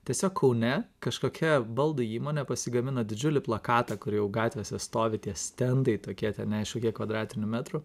tiesiog kaune kažkokia baldų įmonė pasigamino didžiulį plakatą kur jau gatvėse stovi tie stendai tokie ten neaišku kiek kvadratinių metrų